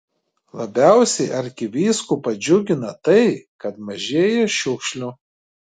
labiausiai arkivyskupą džiugina tai kad mažėja šiukšlių